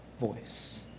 voice